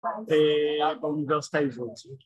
אה באוניברסיטה העברית